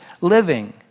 living